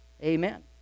Amen